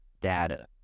data